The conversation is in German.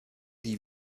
die